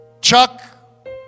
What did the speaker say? Chuck